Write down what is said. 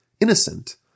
innocent